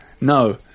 No